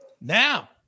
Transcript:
now